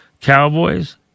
Cowboys